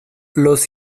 los